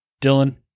Dylan